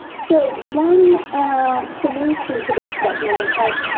so, one solution to this, that mental health.